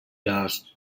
dust